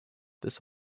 this